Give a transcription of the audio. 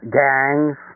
gangs